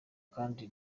kandi